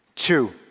Two